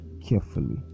carefully